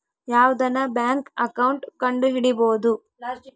ಯಾವ್ದನ bank account ಕಂಡುಹಿಡಿಬೋದು